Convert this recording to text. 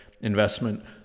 investment